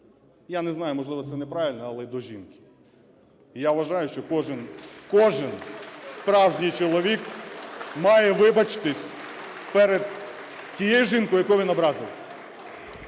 Я не знаю, можливо, це неправильно, але і до жінки. І я вважаю, що кожен, кожен справжній чоловік має вибачитись перед тієї жінкою, яку він образив.